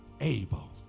able